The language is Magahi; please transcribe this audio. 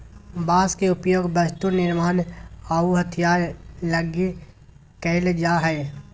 बांस के उपयोग वस्तु निर्मान आऊ हथियार लगी कईल जा हइ